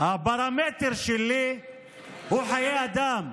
הפרמטר שלי הוא חיי אדם,